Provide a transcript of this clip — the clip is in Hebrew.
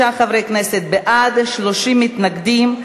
26 חברי כנסת בעד, 30 מתנגדים.